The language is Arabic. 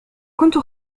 كنت